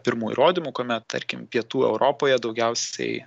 pirmų įrodymų kuomet tarkim pietų europoje daugiausiai